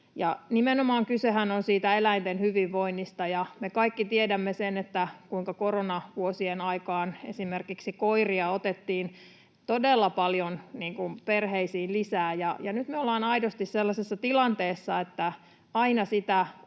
Nimenomaan kysehän on eläinten hyvinvoinnista. Me kaikki tiedämme sen, kuinka koronavuosien aikaan esimerkiksi koiria otettiin todella paljon perheisiin lisää. Nyt me ollaan aidosti sellaisessa tilanteessa, että aina sitä